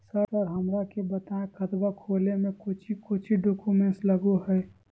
Sir हमरा के बताएं खाता खोले में कोच्चि कोच्चि डॉक्यूमेंट लगो है?